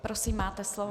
Prosím, máte slovo.